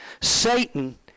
Satan